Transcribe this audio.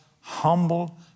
humble